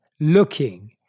looking